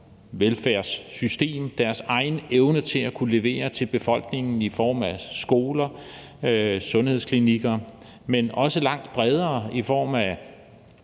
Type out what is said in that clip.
velfærdssystem, deres egen evne til at kunne levere til befolkningen i form af skoler og sundhedsklinikker, men også langt bredere i form af